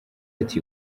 ati